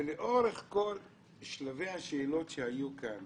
בעבר נאסף מידע מודיעיני על הבנקים